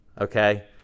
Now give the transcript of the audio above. okay